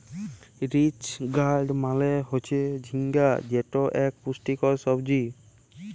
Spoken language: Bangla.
রিজ গার্ড মালে হচ্যে ঝিঙ্গা যেটি ইক পুষ্টিকর সবজি